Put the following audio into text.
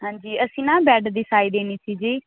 ਹਾਂਜੀ ਅਸੀਂ ਨਾ ਬੈਡ ਦੀ ਸਾਈ ਦੇਣੀ ਸੀ ਜੀ